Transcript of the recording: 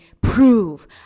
prove